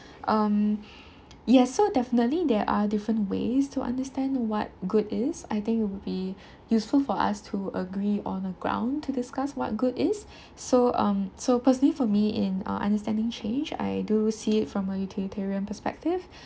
um yes so definitely there are different ways to understand what good is I think it'll be useful for us to agree on a ground to discuss what good is so um so personally for me in uh understanding change I do see it from a utilitarian perspective